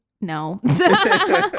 No